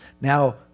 Now